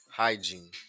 hygiene